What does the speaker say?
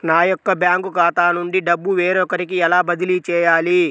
నా యొక్క బ్యాంకు ఖాతా నుండి డబ్బు వేరొకరికి ఎలా బదిలీ చేయాలి?